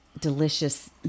delicious